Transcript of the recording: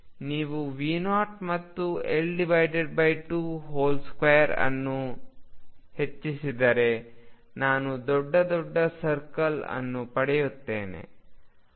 ನೀವು V0 ಮತ್ತು L22 ಅನ್ನು ಹೆಚ್ಚಿಸಿದರೆ ನಾನು ದೊಡ್ಡ ದೊಡ್ಡ ಸರ್ಕಲ್ ಅನ್ನು ಪಡೆಯುತ್ತೇನೆ